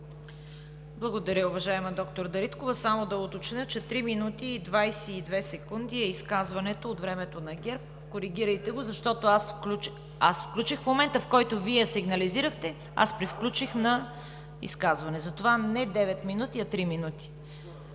Благодаря Ви, уважаема доктор Дариткова. Само да уточня, че 3 минути 22 секунди е изказването – от времето на ГЕРБ. Коригирайте го, защото в момента, в който Вие сигнализирахте, аз превключих на изказване. Затова не 9, а 3 минути.